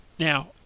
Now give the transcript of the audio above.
Now